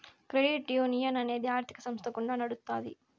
credit union అనేది ఆర్థిక సంస్థ గుండా నడుత్తాది